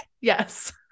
Yes